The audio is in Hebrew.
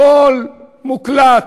הכול מוקלט,